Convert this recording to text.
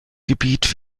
gebiet